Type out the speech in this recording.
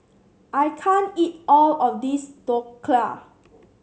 I can't eat all of this Dhokla